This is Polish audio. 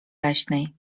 leśnej